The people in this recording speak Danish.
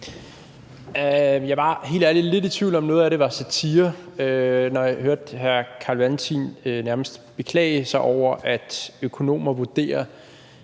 Jeg var helt ærligt lidt i tvivl om, om noget af det var satire, da jeg hørte hr. Carl Valentin nærmest beklage sig over, at økonomer vurderer,